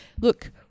look